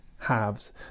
halves